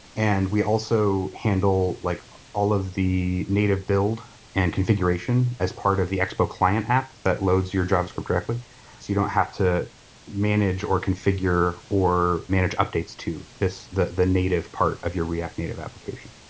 and we also handle like all of the native build and configuration as part of the expo client app that loads your javascript directly, so you don't have to manage or configure or manage updates to the the native part of your react native application.